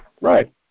Right